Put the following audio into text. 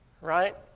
Right